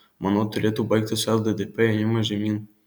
manau turėtų baigtis lddp ėjimas žemyn